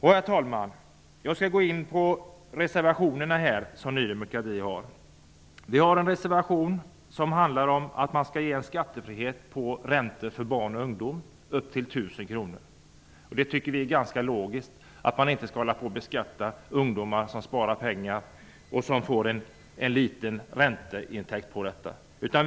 Herr talman! Jag skall gå närmare in på Ny demokratis reservationer. En reservation handlar om att det skall vara en skattefrihet på räntor upp till 1 000 kr för barn och ungdom. Det är ganska logiskt att inte beskatta ungdomar som sparar pengar och får en liten ränteintäkt på detta sparande.